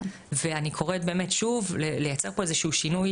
אני קוראת באמת שוב לייצר פה איזה שינוי